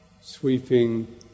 sweeping